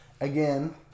again